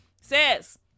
Says